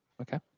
Okay